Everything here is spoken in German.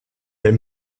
der